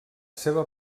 seva